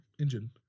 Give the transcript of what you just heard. engine